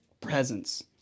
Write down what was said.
presence